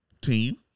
team